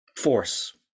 force